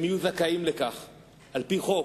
הם יהיו זכאים לכך על-פי חוק.